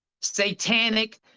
satanic